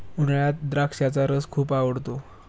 उन्हाळ्यात द्राक्षाचा रस खूप आवडतो